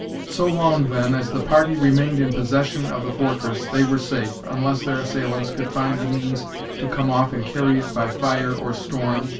so long, then, as the party remained in possession of the fortress, they were safe, unless their assailants could find the means to come off and carry it by fire or storm,